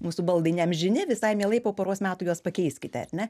mūsų baldai neamžini visai mielai po poros metų juos pakeiskite ar ne